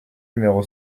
numéro